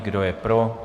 Kdo je pro?